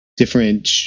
different